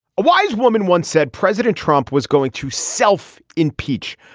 a wise woman once said president trump was going to self impeach.